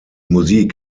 musik